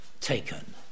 taken